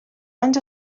anys